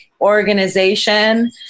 organization